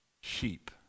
sheep